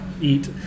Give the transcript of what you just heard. eat